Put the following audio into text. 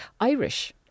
Irish